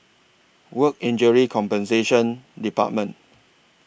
Work Injury Compensation department